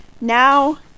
Now